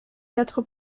quatre